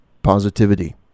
Positivity